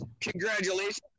Congratulations